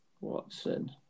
Watson